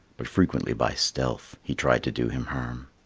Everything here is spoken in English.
but frequently by stealth he tried to do him harm.